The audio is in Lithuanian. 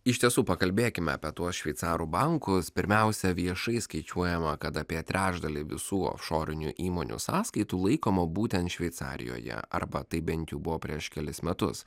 iš tiesų pakalbėkime apie tuos šveicarų bankus pirmiausia viešai skaičiuojama kad apie trečdalį visų ofšorinių įmonių sąskaitų laikoma būtent šveicarijoje arba taip bent jų buvo prieš kelis metus